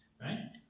right